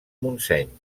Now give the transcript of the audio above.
montseny